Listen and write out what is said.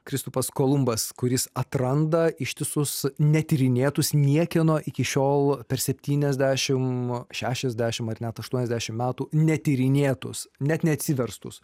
kristupas kolumbas kuris atranda ištisus netyrinėtus niekieno iki šiol per septyniasdešim šešiasdešim ar net aštuoniasdešim metų netyrinėtus net neatsiverstus